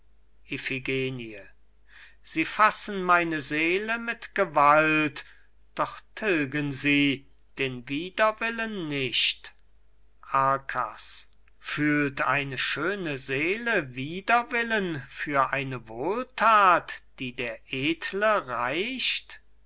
sie fassen meine seele mit gewalt doch tilgen sie den widerwillen nicht arkas fühlt eine schöne seele widerwillen für eine wohlthat die der edle reicht